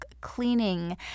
cleaning